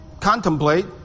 contemplate